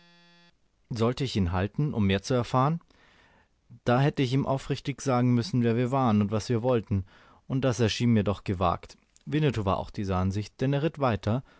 sollte ich ihn halten um mehr zu erfahren da hätte ich ihm aufrichtig sagen müssen wer wir waren und was wir wollten und das erschien mir doch gewagt winnetou war auch dieser ansicht denn er ritt weiter